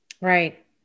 Right